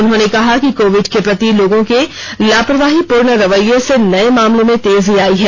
उन्होंने कहा कि कोविड के प्रति लोगों के लापरवाहीपूर्ण रवैये से नये मामलों में तेजी आई है